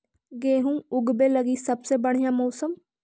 गेहूँ ऊगवे लगी सबसे बढ़िया मौसम?